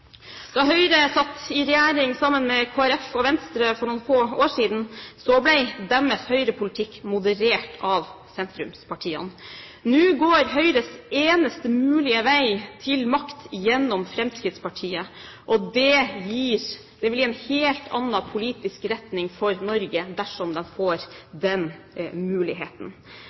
Da Høyre satt i regjering sammen med Kristelig Folkeparti og Venstre for noen få år siden, ble deres Høyre-politikk moderert av sentrumspartiene. Nå går Høyres eneste mulige vei til makt gjennom Fremskrittspartiet, og det blir en helt annen politisk retning for Norge dersom de får den muligheten.